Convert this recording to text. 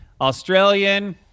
Australian